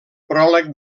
pròleg